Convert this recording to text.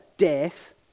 Death